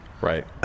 Right